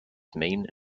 main